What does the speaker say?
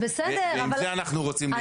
ועם זה אנחנו רוצים להתקדם.